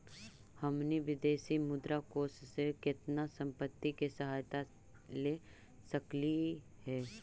हमनी विदेशी मुद्रा कोश से केतना संपत्ति के सहायता ले सकलिअई हे?